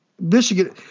Michigan